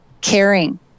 caring